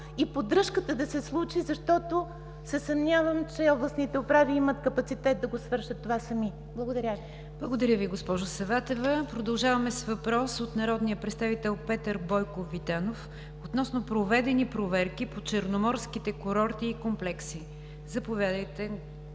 и поддръжката да се случи, защото се съмнявам, че областните управи имат капацитет да свършат това сами. Благодаря Ви. ПРЕДСЕДАТЕЛ НИГЯР ДЖАФЕР: Благодаря Ви, госпожо Саватева. Продължаваме с въпрос от народния представител Петър Бойков Витанов относно проведени проверки по черноморските курорти и комплекси. Заповядайте,